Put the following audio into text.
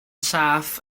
saff